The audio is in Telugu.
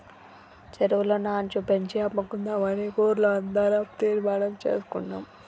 చెరువులో నాచు పెంచి అమ్ముకుందామని ఊర్లో అందరం తీర్మానం చేసుకున్నాం